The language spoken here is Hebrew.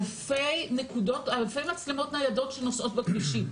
יש לכם פה אלפי מצלמות ניידות שנוסעות בכבישים.